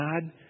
God